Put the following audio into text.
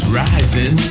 rising